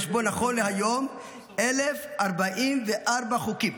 יש בו נכון להיום 1,044 חוקים,